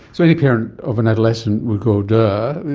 so any parent of an adolescent would go, duh,